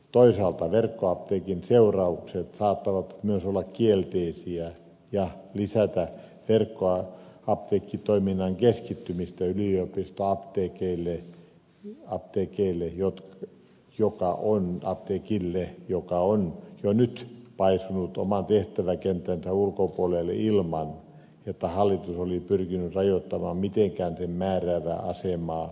toisaalta verkkoapteekin seuraukset saattavat myös olla kielteisiä ja lisätä verkkoapteekkitoiminnan keskittymistä yliopistoapteekille joka on jo nyt paisunut oman tehtäväkenttänsä ulkopuolelle ilman että hallitus olisi pyrkinyt rajoittamaan mitenkään sen määräävää asemaa lääkejakelussa